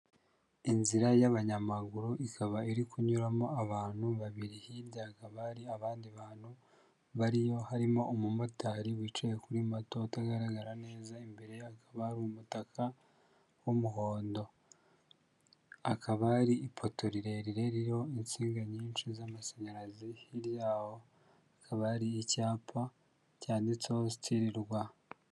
Inzira y’abanyamaguru ikaba irikunyuramo n’abantu babiri. Hirya yabo hari abandi bantu bahagaze, harimo umumotari wicaye kuri moto utagaragara neza. Imbere ye hari umutaka w’umuhondo, ndetse hari ipoto rirerire iriho insinga nyinshi z’amashanyarazi, hirya yaho hakaba hari icyapa cyanditseho sitiri Rwa.